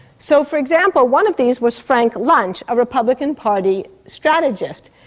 so for example one of these was frank luntz, a republic and party strategist.